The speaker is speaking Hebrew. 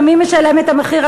ומי משלם את המחיר?